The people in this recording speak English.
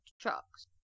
trucks